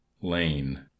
lane